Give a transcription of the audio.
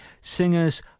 singers